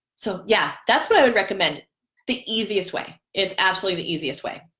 so yeah that's what i would recommend the easiest way it's absolutely the easiest way